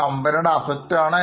കമ്പനിയുടെ Asset ആണ്